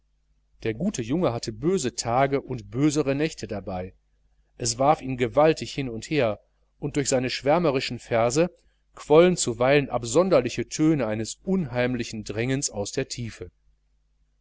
der gute junge hatte böse tage und bösere nächte dabei es warf ihn gewaltig hin und her und durch seine schwärmerischen verse quollen zuweilen absonderliche töne eines unheimlichen drängens aus der tiefe